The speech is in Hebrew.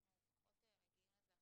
אנחנו פחות מגיעים לזה עכשיו,